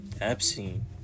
Epstein